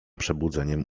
przebudzeniem